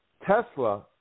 Tesla